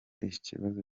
ikibazo